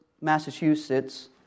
Massachusetts